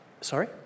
Sorry